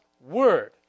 word